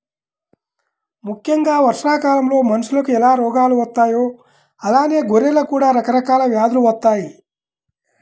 ముక్కెంగా వర్షాకాలంలో మనుషులకు ఎలా రోగాలు వత్తాయో అలానే గొర్రెలకు కూడా రకరకాల వ్యాధులు వత్తయ్యి